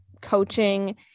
coaching